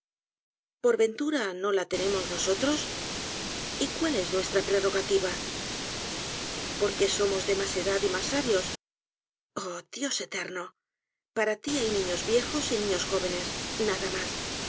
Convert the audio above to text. por ventura no la tenemos nosotros y cuál es nuestra prerogativa por que somos de mas edad y mas sabios oh días eterno para ti hay niños viejos y niños jóvenes nada mas